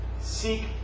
seek